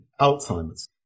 Alzheimer's